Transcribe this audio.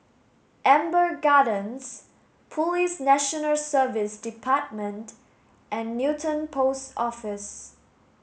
Amber Gardens Police National Service Department and Newton Post Office